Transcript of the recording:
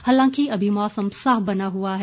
हालांकि अभी मौसम साफ बना हुआ है